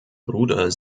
bruder